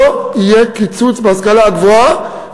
לא יהיה קיצוץ בהשכלה הגבוהה,